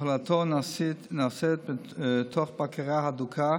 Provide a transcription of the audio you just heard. הפעלתו נעשית תוך בקרה הדוקה